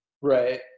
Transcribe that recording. Right